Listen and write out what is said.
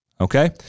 Okay